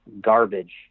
garbage